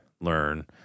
learn